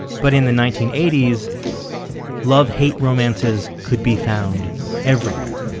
but in the nineteen eighty s love-hate romances could be found everywhere